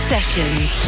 Sessions